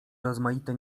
rozmaite